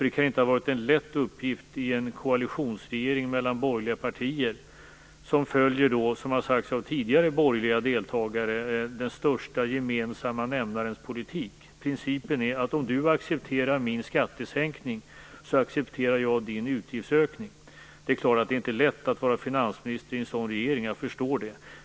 Det kan ju inte ha varit en lätt uppgift i en koalitionsregering mellan borgerliga partier som följer, som har sagts av tidigare borgerliga deltagare, den största gemensamma nämnarens politik. Principen är att om du accepterar min skattesänkning, så accepterar jag din utgiftsökning. Det är klart att det inte är lätt att vara finansminister i en sådan regering. Jag förstår det.